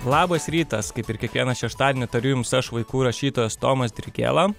labas rytas kaip ir kiekvieną šeštadienį tariu jums aš vaikų rašytojas tomas dirgėla